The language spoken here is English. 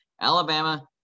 alabama